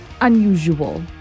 unusual